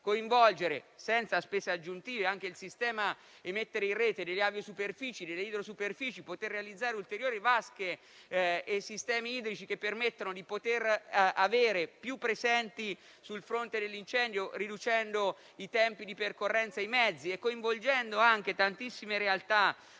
coinvolgere senza spese aggiuntive il sistema, mettere in rete delle aviosuperfici e delle idrosuperfici, poter realizzare ulteriori vasche e sistemi idrici che permettono di avere i mezzi più presenti sul fronte dell'incendio, riducendo i tempi di percorrenza, coinvolgere inoltre tantissime realtà